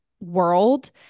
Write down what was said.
world